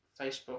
Facebook